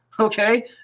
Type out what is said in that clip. Okay